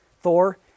Thor